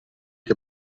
che